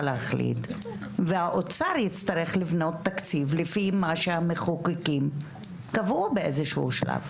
להחליט והאוצר יצטרך לבנות תקציב לפי מה שהמחוקקים קבעו באיזשהו שלב.